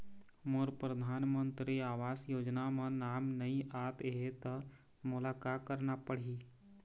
मोर परधानमंतरी आवास योजना म नाम नई आत हे त मोला का करना पड़ही?